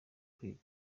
kwiga